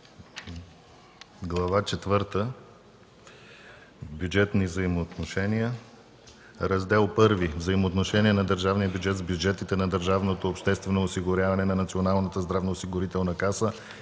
наименованието на Раздел І – „Взаимоотношения на държавния бюджет с бюджетите на държавното обществено осигуряване, на Националната здравноосигурителна каса